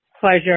pleasure